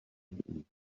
anything